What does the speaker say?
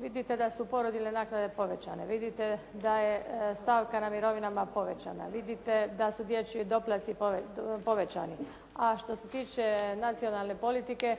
vidite da su porodiljne naknade povećane. Vidite da je stavka na mirovinama povećana. Vidite da su dječji doplatci povećani, a što se tiče nacionalne politike